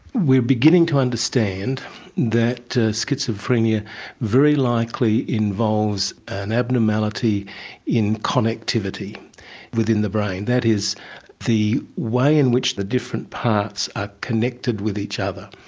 we're beginning to understand that schizophrenia very likely involves an abnormality in connectivity within the brain. that is the way in which the different parts are connected with each other,